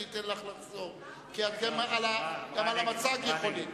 אני אתן לך לחזור כי גם על המצג יכולים.